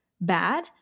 bad